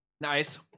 Nice